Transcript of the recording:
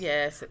Yes